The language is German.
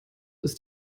ist